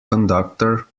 conductor